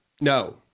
No